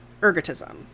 ergotism